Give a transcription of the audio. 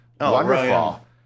wonderful